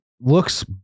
looks